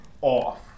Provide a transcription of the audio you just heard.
off